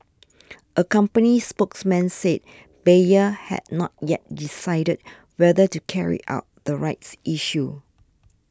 a company spokesman said Bayer had not yet decided whether to carry out the rights issue